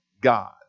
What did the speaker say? God